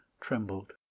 trembled